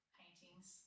paintings